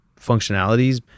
functionalities